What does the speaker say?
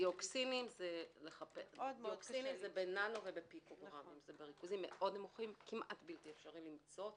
דיוקסינים זה בריכוזים מאוד נמוכים כמעט בלתי-אפשרי למצוא אותם.